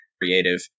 creative